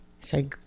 say